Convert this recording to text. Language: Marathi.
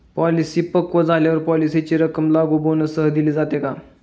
पॉलिसी पक्व झाल्यावर पॉलिसीची रक्कम लागू बोनससह दिली जाते का?